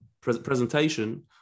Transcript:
presentation